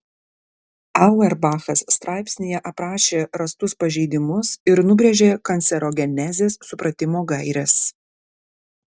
auerbachas straipsnyje aprašė rastus pažeidimus ir nubrėžė kancerogenezės supratimo gaires